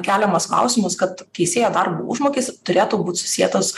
keliamas klausimas kad teisėjo darbo užmokestis turėtų būt susietas